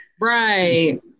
Right